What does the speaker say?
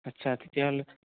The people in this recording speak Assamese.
আচ্ছা তেতিয়াহ'লে